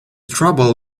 trouble